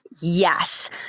Yes